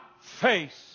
face